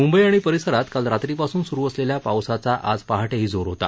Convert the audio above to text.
मुंबई आणि परिसरात काल रात्रीपासून सुरु झालेल्या पावसाचा आज पहाटेही जोर होता